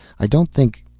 i don't think.